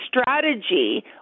strategy